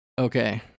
Okay